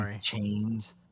chains